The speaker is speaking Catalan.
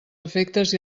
efectes